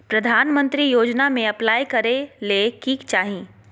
प्रधानमंत्री योजना में अप्लाई करें ले की चाही?